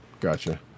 gotcha